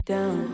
Down